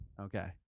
Okay